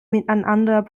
miteinander